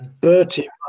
Bertie